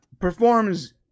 performs